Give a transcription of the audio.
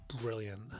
brilliant